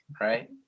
Right